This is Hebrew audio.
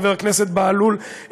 חבר הכנסת בהלול,